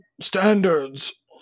Standards